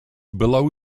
below